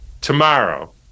tomorrow